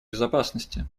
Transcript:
безопасности